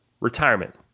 retirement